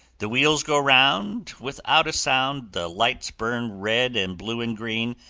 the wheels go round without a sound the lights burn red and blue and green.